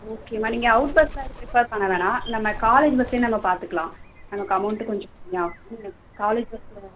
ஓகேம்மா நீங்கள் அவுட் பஸ்ஸெல்லாம் எதுவும் ப்ரிஃபர் பண்ண வேணாம் நம்ம காலேஜ் பஸ்லேயே நம்ம பார்த்துக்கலாம் நமக்கு அமௌண்ட்டும் கொஞ்சம் கம்மியாகும் காலேஜ் பஸ்சில்